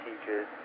teachers